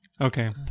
Okay